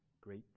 great